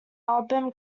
album